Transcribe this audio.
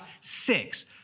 six